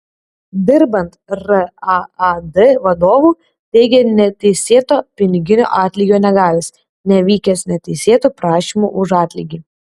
dirbant raad vadovu teigė neteisėto piniginio atlygio negavęs nevykęs neteisėtų prašymų už atlygį